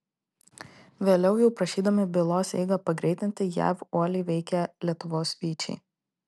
vėliau jau prašydami bylos eigą pagreitinti jav uoliai veikė lietuvos vyčiai